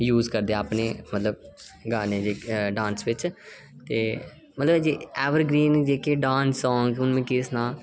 use करदे अपने जेह्के गाने जेहके डांस बिच ते मतलब जे ऐवरग्रीन जेहके डांस सांग हून में केह् सनां